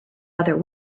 other